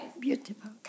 Beautiful